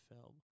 film